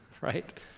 right